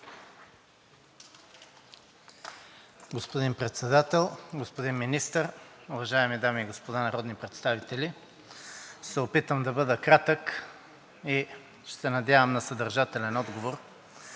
Господин Председател, господин Министър, уважаеми дами и господа народни представители! Ще се опитам да бъда кратък и ще се надявам на съдържателен отговор.